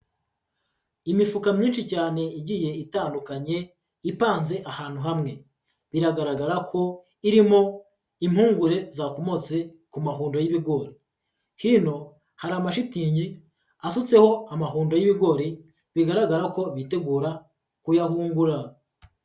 Imifuka myinshi cyane igiye itandukanye, ipanze ahantu hamwe biragaragara ko irimo impungure zakomotse ku mahundo y'ibigori, hino hari amashitingi asutseho amahundo y'ibigori bigaragara ko bitegura kuyahugura.